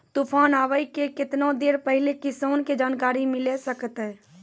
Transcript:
तूफान आबय के केतना देर पहिले किसान के जानकारी मिले सकते?